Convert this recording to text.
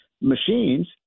machines